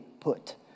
put